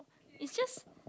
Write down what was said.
it just